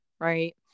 Right